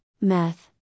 meth